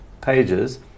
pages